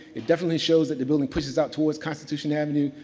it definitely shows that the building pushes out towards constitution avenue.